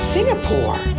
Singapore